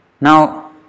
Now